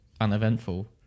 uneventful